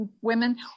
women